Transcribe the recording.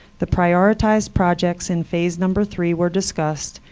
the prioritized projects in phase number three were discussed,